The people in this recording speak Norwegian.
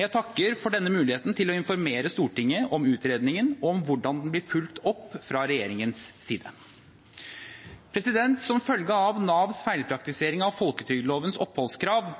Jeg takker for denne muligheten til å informere Stortinget om utredningen, og om hvordan den blir fulgt opp fra regjeringens side. Som følge av Navs feilpraktisering av folketrygdlovens oppholdskrav